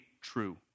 true